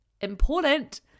important